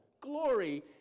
glory